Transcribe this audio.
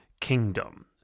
kingdom